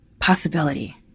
possibility